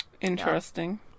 Interesting